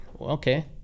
okay